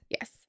Yes